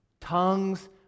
Tongues